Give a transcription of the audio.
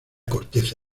corteza